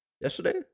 Yesterday